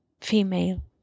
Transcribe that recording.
Female